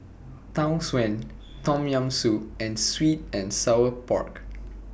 Tau Suan Tom Yam Soup and Sweet and Sour Pork